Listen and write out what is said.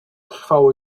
trwało